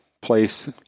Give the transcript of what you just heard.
place